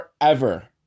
Forever